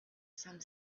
some